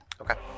Okay